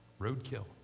Roadkill